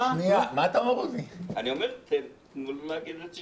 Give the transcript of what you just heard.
אני אגיד לך